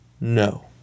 No